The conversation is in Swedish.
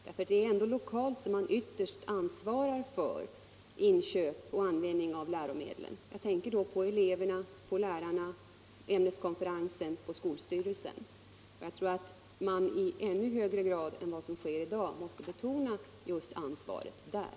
Det är ändå lokalt som man ytterst ansvarar för inköp och användning av läromedel; jag tänker då på eleverna, lärarna, ämneskonferensen och skolstyrelsen. Jag tror att man i ännu högre grad än vad som sker i dag måste betona just ansvaret där.